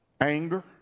Anger